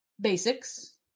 Basics